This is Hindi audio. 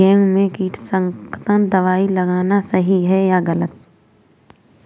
गेहूँ में कीटनाशक दबाई लगाना सही है या गलत?